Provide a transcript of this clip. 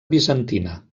bizantina